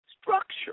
structure